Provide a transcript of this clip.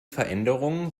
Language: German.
veränderungen